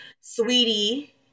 Sweetie